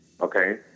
okay